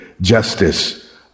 justice